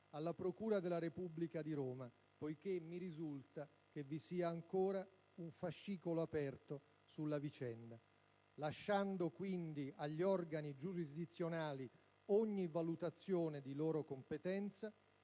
alla procura della Repubblica di Roma, poiché mi risulta che vi sia ancora un fascicolo aperto sulla vicenda. Lasciando quindi agli organi giurisdizionali ogni valutazione di loro competenza,